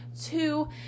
Two